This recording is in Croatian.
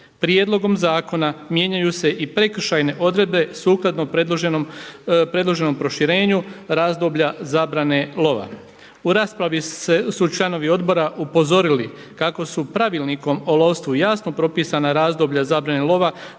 Prijedlogom zakona mijenjaju se i prekršajne odredbe sukladno predloženom proširenju razdoblja zabrane lova. U raspravi su članovi odbora upozorili kako su Pravilnikom o lovstvu jasno propisana razdoblja zabrane lova